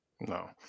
no